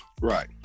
Right